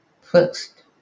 first